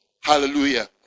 Hallelujah